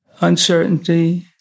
uncertainty